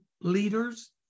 leaders